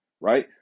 right